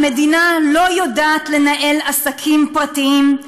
המדינה לא יודעת לנהל עסקים פרטיים,